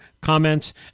comments